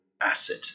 asset